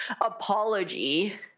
apology